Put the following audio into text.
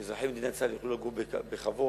שאזרחי מדינת ישראל יוכלו לחיות בכבוד,